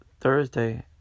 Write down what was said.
Thursday